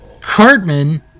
Cartman